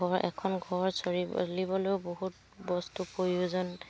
ঘৰ এখন ঘৰ চৰি চলিবলৈও বহুত বস্তু প্ৰয়োজন